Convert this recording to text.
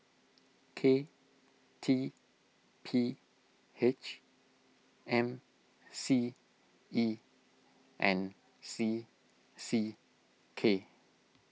K T P H M C E and C C K